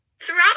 Throughout